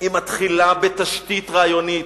בתשתית רעיונית,